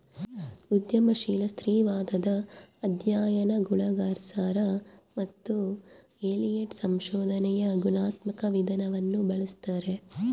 ಉದ್ಯಮಶೀಲ ಸ್ತ್ರೀವಾದದ ಅಧ್ಯಯನಗುಳಗಆರ್ಸರ್ ಮತ್ತು ಎಲಿಯಟ್ ಸಂಶೋಧನೆಯ ಗುಣಾತ್ಮಕ ವಿಧಾನವನ್ನು ಬಳಸ್ತಾರೆ